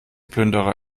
plünderer